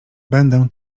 będę